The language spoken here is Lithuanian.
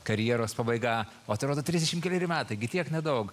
karjeros pabaiga o atrodo trisdešimt keleri metai gi tiek nedaug